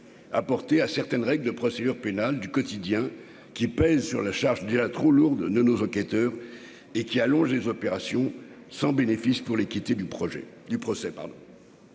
justifié à certaines règles de procédure pénale du quotidien qui pèsent sur la charge la trop lourde ne nos enquêteurs et qui allonge les opérations sans bénéfice pour l'équité du projet